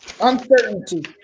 Uncertainty